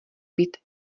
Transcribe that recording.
být